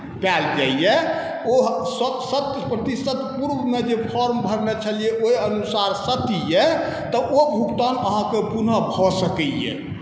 पायल जाइए ओ शत प्रतिशत पूर्वमे जे फॉर्म भरने छलियै ओहि अनुसार सत्य यए तऽ ओ भुगतान अहाँकेँ पुनः भऽ सकैए